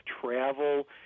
travel